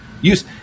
use